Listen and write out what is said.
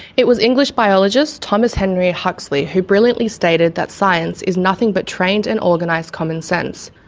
it was english biologist, thomas henry huxley who brilliantly stated that science is nothing but trained and organised common sense.